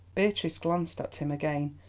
beatrice glanced at him again,